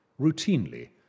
Routinely